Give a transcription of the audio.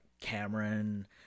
Cameron